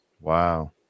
Wow